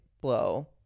blow